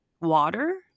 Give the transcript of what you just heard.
water